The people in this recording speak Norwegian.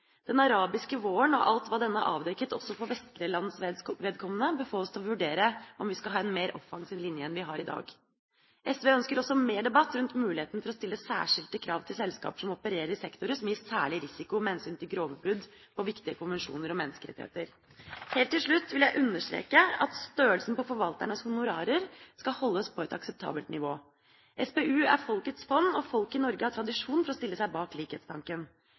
Den arabiske våren og alt hva den har avdekket, også for vestlige lands vedkommende, bør få oss til å vurdere om vi bør ha en mer offensiv linje enn vi har i dag. SV ønsker også mer debatt rundt muligheten for å stille særskilte krav til selskaper som opererer i sektorer som gir særlig risiko med hensyn til grove brudd på viktige konvensjoner og menneskerettigheter. Helt til slutt vil jeg understreke at størrelsen på forvalternes honorarer skal holdes på et akseptabelt nivå. SPU er folkets fond, og folk i Norge har tradisjon for å stille seg bak likhetstanken.